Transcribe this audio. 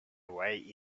way